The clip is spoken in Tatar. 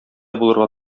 булырга